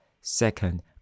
Second